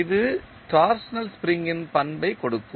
இது torsional spring ன் பண்பை கொடுக்கும்